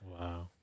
Wow